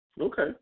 Okay